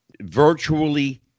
virtually